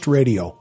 Radio